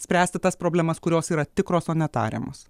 spręsti tas problemas kurios yra tikros o ne tariamos